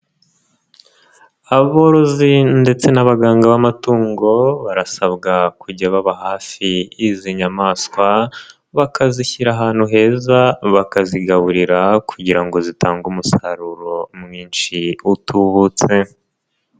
Aborozi ndetse n’abaganga b'amatungo barasabwa kujya baba hafi y'izi nyamaswa, bakazishyira ahantu heza, bakazigaburira, kugira ngo zitange umusaruro mwinshi utubutse.